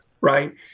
right